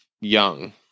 young